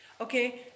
Okay